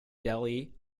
delhi